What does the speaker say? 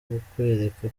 kukwereka